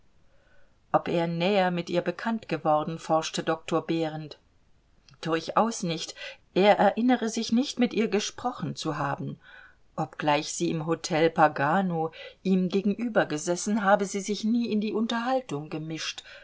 ob er näher mit ihr bekannt geworden forschte doktor behrend durchaus nicht er erinnere sich nicht mit ihr gesprochen zu haben obgleich sie im hotel pagano ihm gegenüber gesessen habe sie sich nie in die unterhaltung gemischt